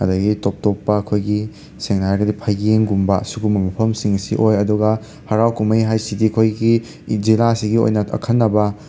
ꯑꯗꯒꯤ ꯇꯣꯞ ꯇꯣꯞꯄ ꯑꯩꯈꯣꯏꯒꯤ ꯁꯦꯡꯅ ꯍꯥꯏꯔꯒꯗꯤ ꯐꯌꯦꯡꯒꯨꯝꯕ ꯁꯤꯒꯨꯝꯕ ꯃꯐꯝꯁꯤꯡꯁꯤ ꯑꯣꯏ ꯑꯗꯨꯒ ꯍꯔꯥꯎ ꯀꯨꯝꯍꯩ ꯍꯥꯏꯁꯤꯗꯤ ꯑꯩꯈꯣꯏꯒꯤ ꯖꯤꯂꯥꯁꯤꯒꯤ ꯑꯣꯏꯅ ꯑꯈꯟꯅꯕ